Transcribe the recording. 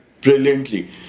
brilliantly